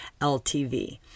LTV